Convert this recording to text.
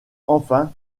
enfant